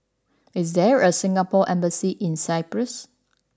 is there a Singapore Embassy in Cyprus